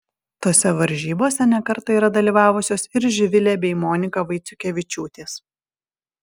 tose varžybose ne kartą yra dalyvavusios ir živilė bei monika vaiciukevičiūtės